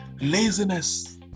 laziness